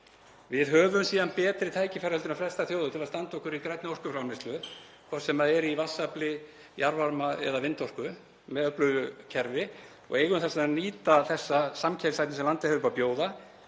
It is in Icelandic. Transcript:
Við höfum síðan betri tækifæri en flestar þjóðir til að standa okkur í grænni orkuframleiðslu, hvort sem er í vatnsafli, jarðvarma eða vindorku, með öflugu kerfi og eigum að nýta þessa samkeppnishæfni sem landið hefur upp á bjóða